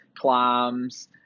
clams